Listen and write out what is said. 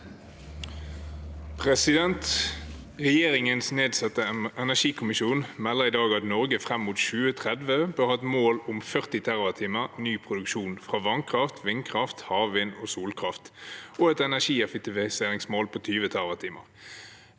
«Regjerin- gens nedsatte energikommisjon melder i dag at Norge frem mot 2030 bør ha et mål om 40 TWh ny produksjon fra vannkraft, vindkraft, havvind og solkraft, og et energieffektiviseringsmål på 20 TWh.